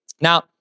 Now